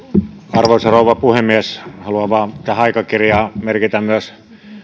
arvoisa rouva puhemies haluan vain tähän aikakirjaan merkitä myös